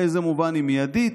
באיזה מובן היא מיידית?